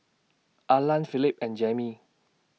Arlan Philip and Jammie